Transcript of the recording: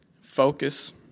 focus